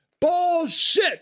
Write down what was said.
Bullshit